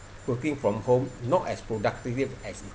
working from home not as productive as